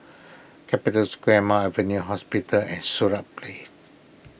Capital Square Mount Alvernia Hospital and Sirat Place